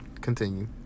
continue